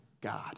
God